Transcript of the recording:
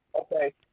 Okay